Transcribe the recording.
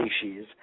species